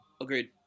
agreed